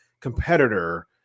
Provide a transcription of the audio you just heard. competitor